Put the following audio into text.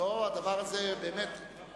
יש